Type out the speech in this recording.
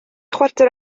chwarter